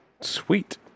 Sweet